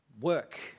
Work